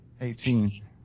Eighteen